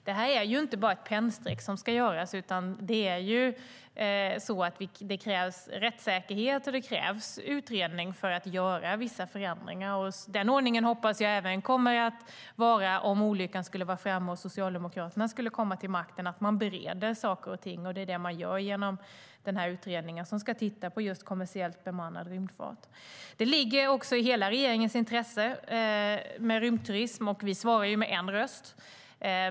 Det är inte bara ett pennstreck som ska göras, utan det krävs rättssäkerhet och utredning för att göra vissa förändringar, och den ordningen hoppas jag kommer att råda även om olyckan skulle vara framme och Socialdemokraterna skulle komma till makten: Man bereder saker och ting, och det gör man genom den här utredningen, som ska titta på just kommersiellt bemannad rymdfart. Rymdturism ligger i hela regeringens intresse, och vi svarar med en röst.